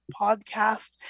podcast